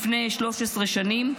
לפני 13 שנים,